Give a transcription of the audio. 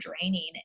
draining